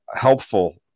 helpful